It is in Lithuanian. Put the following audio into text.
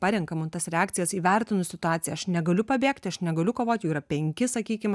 parenka mum tas reakcijas įvertinus situaciją aš negaliu pabėgt aš negaliu kovot jų yra penki sakykim